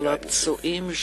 של הפצועים,